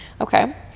okay